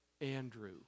Andrew